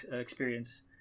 experience